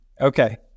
okay